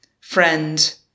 friend